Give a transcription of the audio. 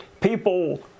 people